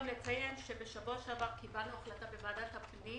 בשבוע שעבר קיבלנו החלטה בוועדת הפנים